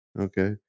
Okay